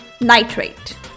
nitrate